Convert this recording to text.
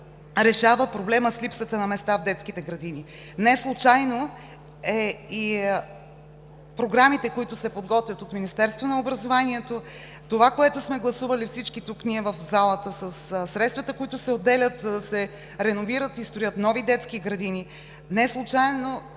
решава проблема с липсата на места в детските градини. Неслучайно и програмите, които се подготвят от Министерството на образованието и науката, това, което сме гласували всички ние тук в залата със средствата, които се отделят, за да се реновират и строят нови детски градини. Неслучайно